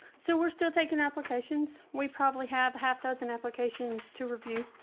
so we're still taking applications, we probably have half dozen applications to review.